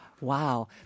wow